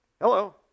Hello